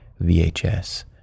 VHS